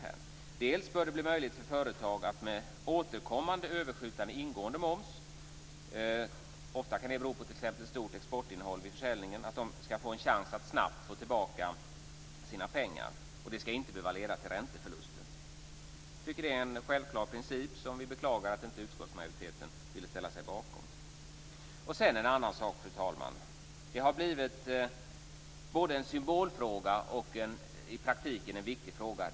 Bl.a. bör det bli möjligt för företag med återkommande överskjutande ingående moms - det kan ofta bero på ett stort exportinnehåll vid försäljningen - att snabbt få tillbaka sina pengar. Det skall inte behöva leda till ränteförluster. Vi tycker att det är en självklar princip och beklagar att utskottsmajoriteten inte ville ställa sig bakom den. Sedan gäller det en annan sak, fru talman. Det har blivit både en symbolfråga och en viktig fråga i praktiken.